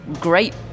great